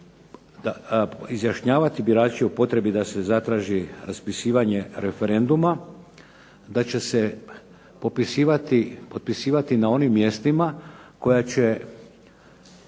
izjašnjavati birači o potrebi da se zatraži raspisivanje referenduma da će se potpisivati na onim mjestima koja će